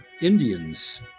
Indians